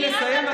תני לי לסיים.